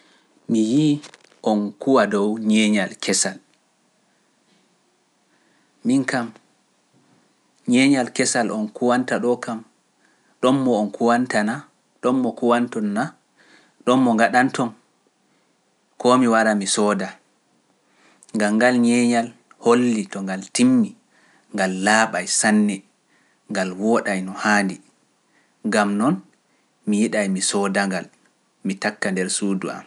Mi yi'i on kuwa dow ñeeñal kesal. Miin kam, ñeeñal kesal on kuwanta ɗoo kam, ɗon mo on kuwanta naa, ɗon mo kuwanton naa, ɗon mo ngaɗanton, koo mi wara mi sooda? Ngam ngal ñeeñal hollii to ngal timmii, ngal laaɓay sanne, ngal wooɗay no haandi, ngam non mi yiɗay mi sooda-ngal, mi takka nder suudu am.